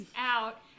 out